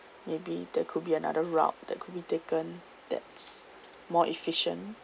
maybe there could be another route that could be taken that's more efficient